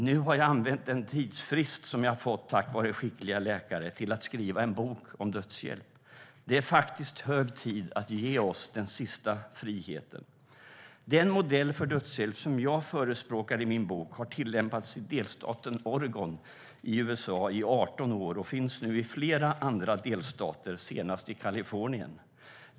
Nu har jag använt den tidsfrist jag fått tack vare skickliga läkare till att skriva en bok om dödshjälp. Det är faktiskt hög tid att ge oss den sista friheten." Avslutningsvis skriver Inga-Lisa Sangregorio: "Den modell för dödshjälp som jag förespråkar i min bok har tillämpats i delstaten Oregon i arton år och finns nu i flera andra delstater, senast i Kalifornien.